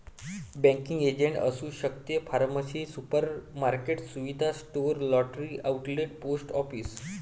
banking agent असू शकते pharmacy supermarket सुविधा store lottery outlet post office